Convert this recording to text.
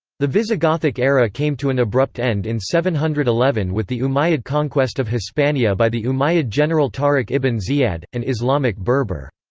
the visigothic era came to an abrupt end in seven hundred and eleven with the umayyad conquest of hispania by the umayyad general tariq ibn ziyad, an islamic berber.